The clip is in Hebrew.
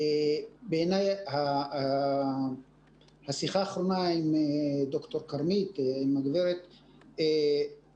בעיניי השיחה האחרונה עם ד"ר כרמית פדן